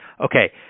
okay